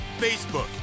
Facebook